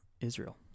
Israel